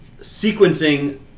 sequencing